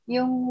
Yung